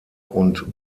und